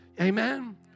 Amen